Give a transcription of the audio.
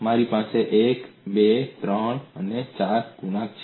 મારી પાસે 1 2 3 4 ગુણાંક છે